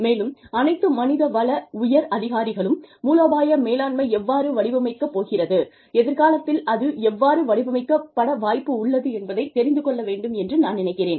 மேலும் அனைத்து மனித வள உயர் அதிகாரிகளும் மூலோபாய மேலாண்மை எவ்வாறு வடிவமைக்க போகிறது எதிர்காலத்தில் அது எவ்வாறு வடிவமைக்கப்பட வாய்ப்புள்ளது என்பதைத் தெரிந்து கொள்ள வேண்டும் என்று நான் நினைக்கிறேன்